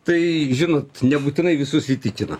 tai žinot nebūtinai visus įtikina